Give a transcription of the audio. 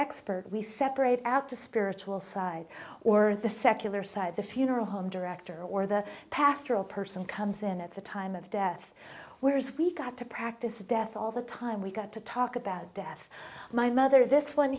expert we separate out the spiritual side or the secular side the funeral home director or the pastoral person comes in at the time of death whereas we've got to practice death all the time we got to talk about death my mother this one